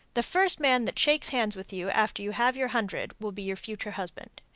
the first man that shakes hands with you after you have your hundred will be your future husband.